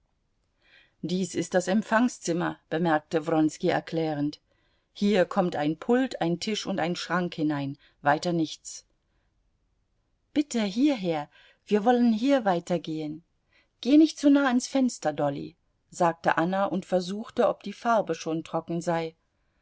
dies ist das empfangszimmer bemerkte wronski erklärend hier kommt ein pult ein tisch und ein schrank hinein weiter nichts bitte hierher wir wollen hier weitergehen geh nicht zu nah ans fenster dolly sagte anna und versuchte ob die farbe schon trocken sei